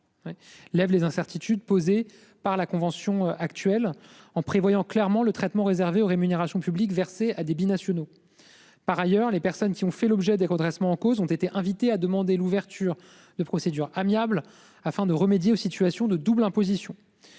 lève les incertitudes posées par la convention actuelle en prévoyant clairement le traitement réservé aux rémunérations publiques versées à des binationaux. Par ailleurs, les personnes qui ont fait l'objet des redressements en cause ont été invités à demander l'ouverture de procédure amiable afin de remédier aux situations de double imposition.